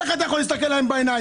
איך אתה יכול להסתכל להם בעיניים?